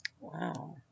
Wow